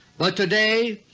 but today,